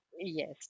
Yes